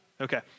Okay